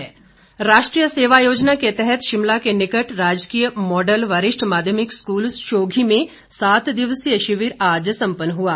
सेवा योजना राष्ट्रीय सेवा योजना के तहत शिमला के निकट राजकीय मॉडल वरिष्ठ माध्यमिक स्कूल शोघी में सात दिवसीय शिविर आज सम्पन्न हआ